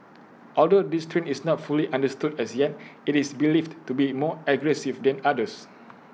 although this strain is not fully understood as yet IT is believed to be more aggressive than others